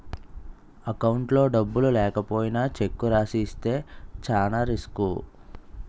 అకౌంట్లో డబ్బులు లేకపోయినా చెక్కు రాసి ఇస్తే చానా రిసుకు